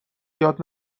یاد